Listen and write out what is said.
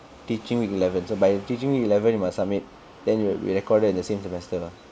teaching week eleven so by teaching week eleven you must submit then it'll be recorded in the same semester